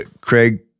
Craig